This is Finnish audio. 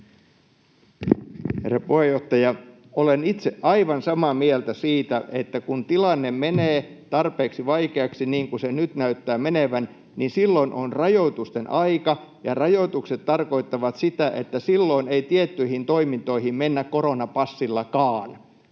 Herra puheenjohtaja! Olen itse aivan samaa mieltä siitä, että kun tilanne menee tarpeeksi vaikeaksi, niin kuin se nyt näyttää menevän, silloin on rajoitusten aika, ja rajoitukset tarkoittavat sitä, että silloin ei tiettyihin toimintoihin mennä koronapassillakaan.